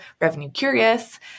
revenue-curious